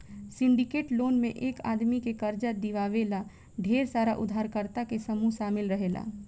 syndicate loan में एक आदमी के कर्जा दिवावे ला ढेर सारा उधारकर्ता के समूह शामिल रहेला